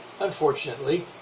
Unfortunately